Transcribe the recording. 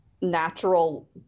natural